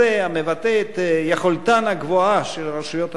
המבטא את יכולתן הגבוהה של הרשויות המקומיות,